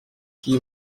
qui